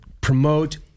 promote